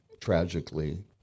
tragically